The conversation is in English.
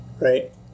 right